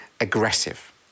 aggressive